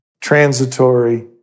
transitory